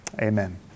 Amen